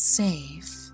safe